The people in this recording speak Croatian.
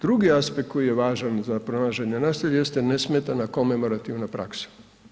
Drugi aspekt koji je važan za pronalaženje nestalih jeste nesmetana komemorativna praksa.